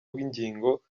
bw’ingingo